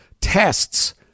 tests